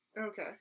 Okay